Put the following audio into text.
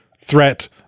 threat